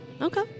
Okay